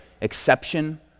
exception